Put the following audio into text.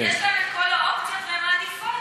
יש להן כל האופציות והן מעדיפות.